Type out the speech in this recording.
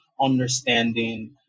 understanding